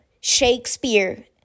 Shakespeare